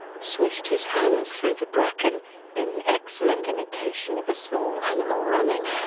swished his hand through the bracken in excellent imitation of a small animal running,